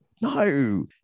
no